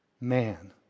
man